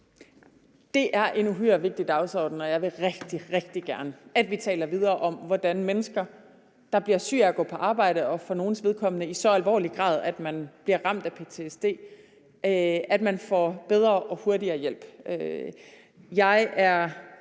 Det er en uhyre vigtig dagsorden, og jeg vil rigtig, rigtig gerne, at vi taler videre om, hvordan mennesker, der bliver syge af at gå på arbejde og for nogles vedkommende i så alvorlig grad, at man bliver ramt af ptsd, får bedre og hurtigere hjælp.